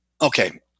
Okay